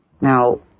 Now